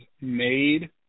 Made